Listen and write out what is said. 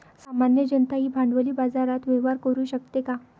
सामान्य जनताही भांडवली बाजारात व्यवहार करू शकते का?